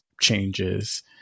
changes